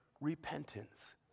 repentance